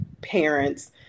parents